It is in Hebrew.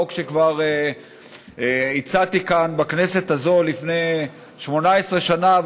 חוק שכבר הצעתי כאן בכנסת הזאת לפני 18 שנה,